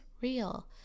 real